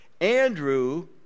Andrew